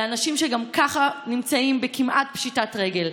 לאנשים שגם ככה נמצאים בכמעט פשיטת רגל.